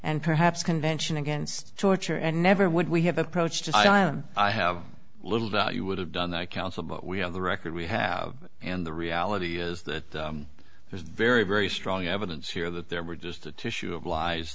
and perhaps convention against torture and never would we have approached i don't i have little doubt you would have done that counsel but we have the record we have and the reality is that there's very very strong evidence here that there were just a tissue of lies